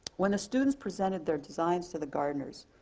when the students presented their designs to the gardener's,